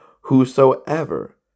whosoever